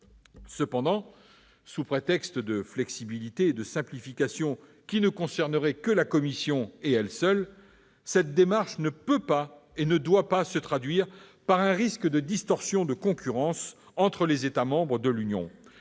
Cependant, sous prétexte d'une flexibilité et d'une simplification qui ne concerneraient que la seule Commission européenne, cette démarche ne peut pas et ne doit pas se traduire par un risque de distorsion de concurrence entre les États membres de l'Union.